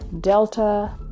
Delta